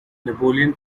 napoleon